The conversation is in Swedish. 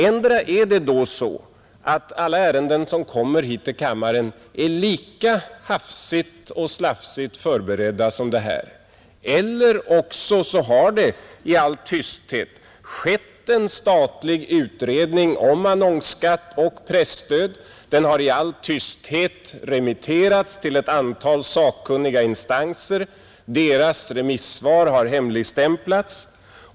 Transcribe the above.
Antingen är det då så att alla ärenden som kommer hit till kammaren är lika hafsigt och slafsigt förberedda som det här — eller också har det ia all tysthet gjorts en statlig utredning om annonsskatt och presstöd, en utredning som i all tysthet remitterats till ett antal sakkunniga instanser, vilkas remissvar har hemligstämplats.